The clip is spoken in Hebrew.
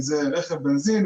אם זה רכב בנזין,